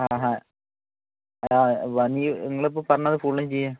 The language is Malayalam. ആ ആ ആ വണ്ടി നിങ്ങൾ ഇപ്പം പറഞ്ഞത് ഫുള്ളും ചെയ്യാം